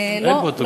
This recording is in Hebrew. אין כבר לפרוטוקול.